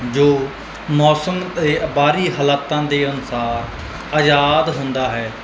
ਜੋ ਮੌਸਮ ਅਤੇ ਬਾਹਰੀ ਹਾਲਾਤਾਂ ਦੇ ਅਨੁਸਾਰ ਆਜ਼ਾਦ ਹੁੰਦਾ ਹੈ